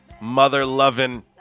Mother-loving